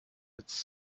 its